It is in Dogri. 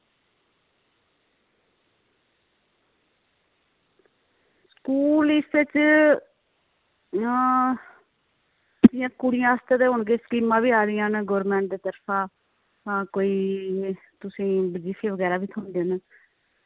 स्कूल इस च जां कुड़ियां आस्तै ते हून स्कीमां बी आई दियां न गौरमेंट आस्तै आं कोई तसील बजीफे बगैरा बी थ्होंदे न ते